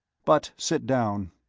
but sit down,